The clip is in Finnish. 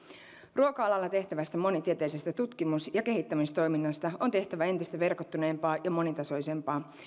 ruoka alalla tehtävästä monitieteisestä tutkimus ja kehittämistoiminnasta on tehtävä entistä verkottuneempaa ja monitasoisempaa